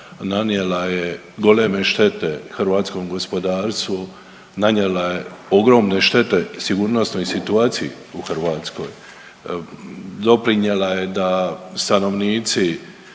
nanijela je goleme štete hrvatskom gospodarstvu, nanijela je ogromne štete sigurnosnoj situaciji u Hrvatskoj, doprinjela je da stanovnici